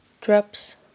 Drops